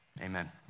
amen